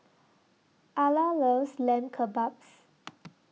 Ala loves Lamb Kebabs